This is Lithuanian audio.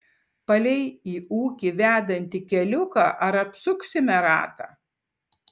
palei į ūkį vedantį keliuką ar apsuksime ratą